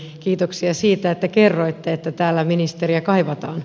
eli kiitoksia siitä että kerroitte että täällä ministeriä kaivataan